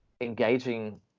engaging